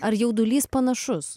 ar jaudulys panašus